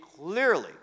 clearly